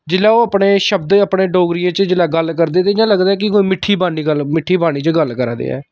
जेल्लै ओह् अपने शब्द अपनी डोगरियै च जिल्लै गल्ल करदे ते इ'यां लगदा ऐ कि कोई मिट्ठी वाणी मिट्ठी वाणी च गल्ल करा दे ऐ